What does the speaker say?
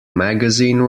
magazine